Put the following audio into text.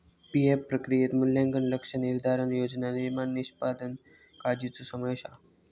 PF प्रक्रियेत मूल्यांकन, लक्ष्य निर्धारण, योजना निर्माण, निष्पादन काळ्जीचो समावेश हा